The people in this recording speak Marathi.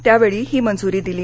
त्यावेळी ही मंजुरी दिली